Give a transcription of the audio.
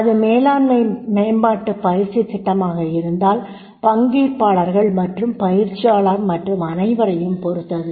அது மேலாண்மை மேம்பாட்டுப் பயிற்சித் திட்டமாக இருந்தால் பங்கேற்பாளர்கள் மற்றும் பயிற்சியாளர் மற்றும் அனைவரையும் பொறுத்தது